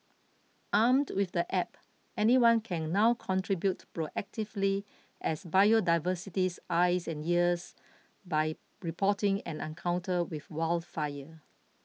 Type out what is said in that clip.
armed with the app anyone can now contribute proactively as biodiversity's eyes and ears by reporting an encounter with warefare